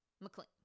McLean